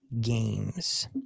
games